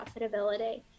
profitability